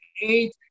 eight